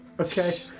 Okay